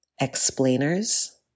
explainers